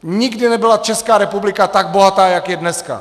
Nikdy nebyla Česká republika tak bohatá, jako je dneska.